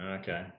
Okay